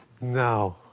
No